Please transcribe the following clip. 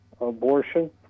abortion